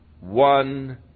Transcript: one